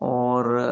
और